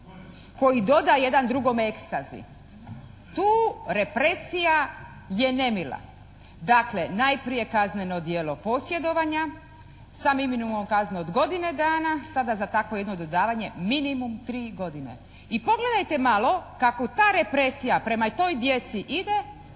koji dodaje jedan drugome ecstasy. Tu represija je nemila. Dakle, najprije kazneno djelo posjedovanja. ... /Govornik se ne razumijem./ … kaznu od godine dana. Sada za takvo jedno dodavanje minimum 3 godine. I pogledajte malo kako ta represija prema toj djeci ide.